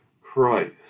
Christ